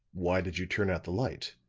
why did you turn out the light?